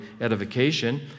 edification